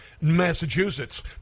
Massachusetts